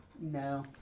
No